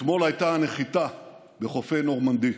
אתמול הייתה הנחיתה בחופי נורמנדי.